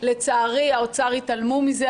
לצערי האוצר התעלמו מזה,